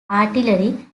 artillery